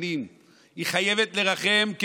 היא חייבת לרחם על המסכנים,